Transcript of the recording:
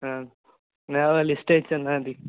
ആ എന്നാൽ ആ ലിസ്റ്റ് അയച്ച് തന്നാൽ മതി